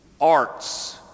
arts